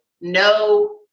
no